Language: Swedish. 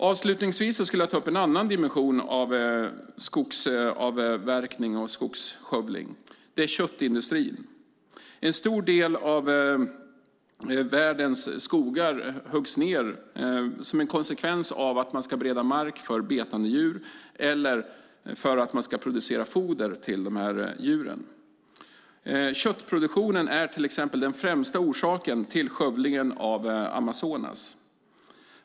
Avslutningsvis skulle jag vilja ta upp en annan dimension av skogsavverkning och skogsskövling, nämligen köttindustrin. En stor del av världens skogar huggs ned som en konsekvens av att man ska bereda mark för betande djur eller producera foder till dessa djur. Köttproduktionen är till exempel den främsta orsaken till skövlingen av Amazonas.